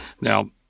Now